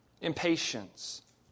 impatience